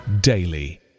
daily